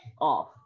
off